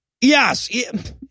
Yes